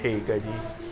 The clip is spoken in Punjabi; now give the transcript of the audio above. ਠੀਕ ਹੈ ਜੀ